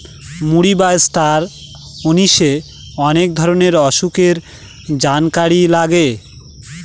মৌরি বা star anise অনেক ধরনের অসুখের জানকারি লাগে